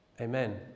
Amen